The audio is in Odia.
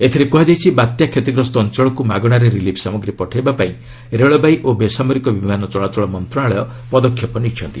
ଏଥିରେ କୁହାଯାଇଛି ବାତ୍ୟା କ୍ଷତିଗ୍ରସ୍ତ ଅଞ୍ଚଳକୁ ମାଗଣାରେ ରିଲିଫ୍ ସାମଗ୍ରୀ ପଠାଇବା ପାଇଁ ରେଳବାଇ ଓ ବେସାମରିକ ବିମାନ ଚଳାଚଳ ମନ୍ତ୍ରଣାଳୟ ପଦକ୍ଷେପ ନେଇଛନ୍ତି